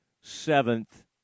seventh